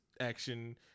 action